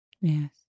Yes